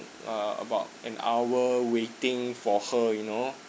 uh about an hour waiting for her you know